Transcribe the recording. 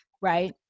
Right